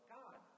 god